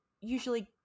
usually